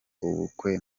ubukwe